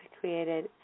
created